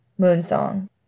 Moonsong